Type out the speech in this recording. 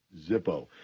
Zippo